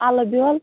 اَلہٕ بیول